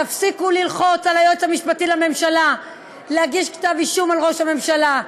תפסיקו ללחוץ על היועץ המשפטי לממשלה להגיש כתב אישום על ראש הממשלה.